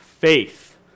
Faith